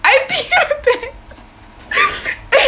I peed my pants